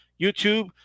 YouTube